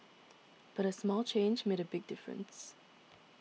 but a small change made a big difference